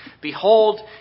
Behold